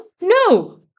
No